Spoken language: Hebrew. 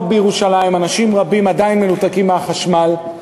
בירושלים אנשים רבים עדיין מנותקים מהחשמל.